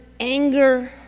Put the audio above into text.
anger